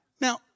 Now